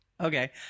Okay